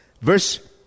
Verse